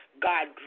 God